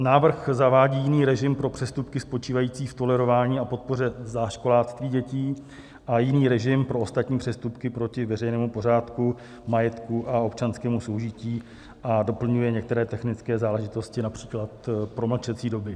Návrh zavádí jiný režim pro přestupky spočívající v tolerování a podpoře záškoláctví dětí a jiný režim pro ostatní přestupky proti veřejnému pořádku, majetku a občanskému soužití a doplňuje některé technické záležitosti, například promlčecí doby.